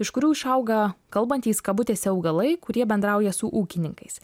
iš kurių išauga kalbantys kabutėse augalai kurie bendrauja su ūkininkais